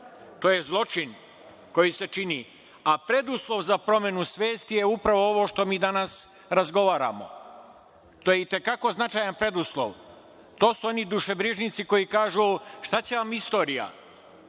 To je zločin koji se čini, a preduslov za promenu svesti je upravo ovo što mi danas razgovaramo. To je i te kako značajan preduslov. To su oni dušebrižnici koji kažu, šta će vam istorija,